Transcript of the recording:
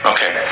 Okay